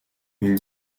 une